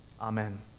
Amen